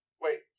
Wait